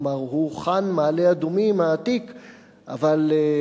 זה רק בגין בעיה ביטחונית טהורה,